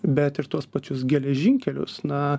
bet ir tuos pačius geležinkelius na